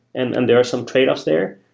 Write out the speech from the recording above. and and there are some tradeoffs there.